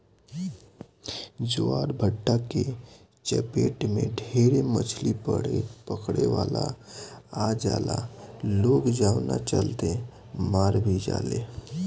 ज्वारभाटा के चपेट में ढेरे मछली पकड़े वाला आ जाला लोग जवना चलते मार भी जाले